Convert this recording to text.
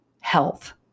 health